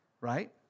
right